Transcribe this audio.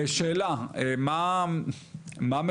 אנחנו כמשרד הבריאות קודם כל עשינו סקירת